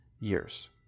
years